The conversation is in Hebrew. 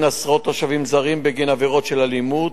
עשרות תושבים זרים בגין עבירות של אלימות,